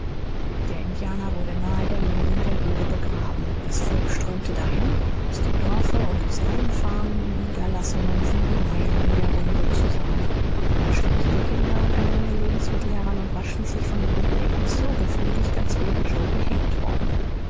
der indianer wurde nahe der mündung der höhle begraben das volk strömte dahin aus dem dorfe und aus allen farmen und niederlassungen sieben meilen in der runde zusammen man schleppte die kinder und eine menge lebensmittel heran und war schließlich von dem begräbnis so befriedigt als wäre joe gehängt worden